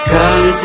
Come